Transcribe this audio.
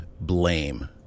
blame